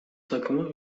takımı